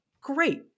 Great